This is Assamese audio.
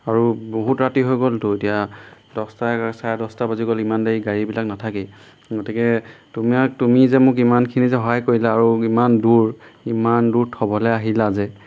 আৰু বহুত ৰাতি হৈ গ'লতো এতিয়া দহটাই চাৰে দহটাই বাজি গ'ল ইমান দেৰি গাড়ীবিলাক নাথাকেই গতিকে তোমাক তুমি যে মোক ইমানখিনি যে সহায় কৰিলা আৰু ইমান দূৰ ইমান দূৰ থ'বলৈ আহিলা যে